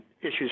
issues